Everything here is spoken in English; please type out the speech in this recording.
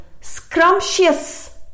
scrumptious